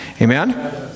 Amen